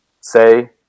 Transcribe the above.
say